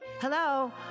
Hello